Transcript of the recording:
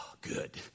good